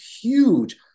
huge